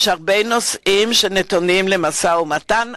יש הרבה נושאים שנתונים למשא-ומתן,